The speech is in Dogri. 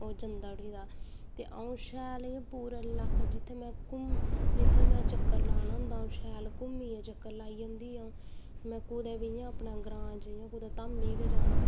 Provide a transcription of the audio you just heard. जंदा उठी हां अ'ऊं पूरा इ्लाका जित्थै में चक्कर लाना होंदा हा शैल घूमी ऐ चक्कर लाई औंदी ही अ'ऊं में 'कुतै बी अपने ग्रां धामे बी जाना